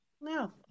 No